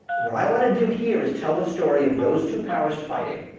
what i wanna do here is tell the story of those two powers fighting.